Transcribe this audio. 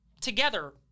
together